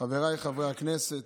חבריי חברי הכנסת,